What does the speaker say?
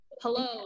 hello